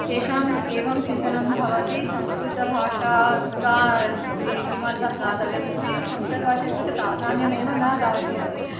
तेषाम् एवं चिन्तनं भवति संस्कृतभाषा का अस्ति किमर्थं दातव्यं ते संस्कृतभाषा कृते प्राधान्यमेव न दास्यन्ति